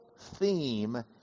theme